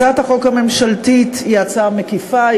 הצעת החוק הממשלתית היא הצעה מקיפה,